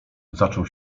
zaczął